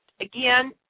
again